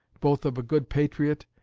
both of a good patriot,